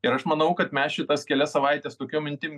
ir aš manau kad mes šitas kelias savaites tokiom mintim